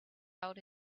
out